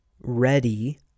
ready